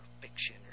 fiction